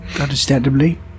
Understandably